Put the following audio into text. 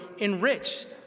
enriched